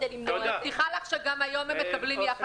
אני מבטיחה לך שגם היום הם מקבלים יחס מועדף.